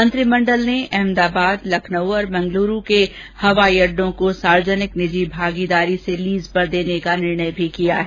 मंत्रिमंडल ने अहमदाबाद लखनऊ और मंगलुरू के हवाईअड़डों को सार्वजनिक निजी भागीदारी में लीज पर देने का निर्णय भी किया है